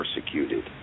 persecuted